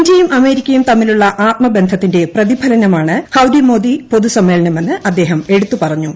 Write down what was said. ഇന്ത്യയും അമേരിക്കയും തമ്മിലുള്ള ആത്മബന്ധത്തിന്റെ പ്രതിഫലനമാണ് ഹൌഡിമോദി പൊതുസമ്മേളനമെന്ന് അദ്ദേഹം എടുത്തു പറഞ്ഞു